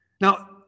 Now